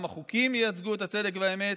גם החוקים ייצגו את הצדק ואת האמת,